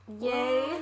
Yay